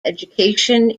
education